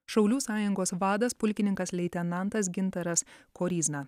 šaulių sąjungos vadas pulkininkas leitenantas gintaras koryzna